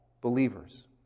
believers